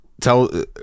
tell